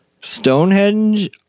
Stonehenge